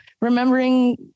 remembering